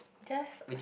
just